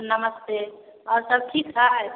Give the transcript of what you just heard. नमस्ते आओरसब ठीक हइ